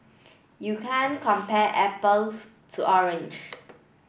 you can't compare apples to orange